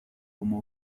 como